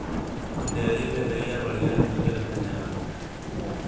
dairy में गइया बढ़िया नसल के रखल जाला